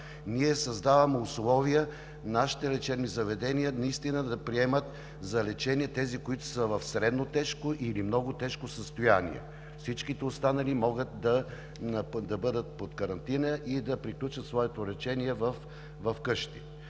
начин създаваме условия нашите лечебни заведения наистина да приемат за лечение тези, които са в средно тежко или много тежко състояние. Всичките останали могат да бъдат под карантина и да приключат своето лечение вкъщи.